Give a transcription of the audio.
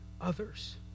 others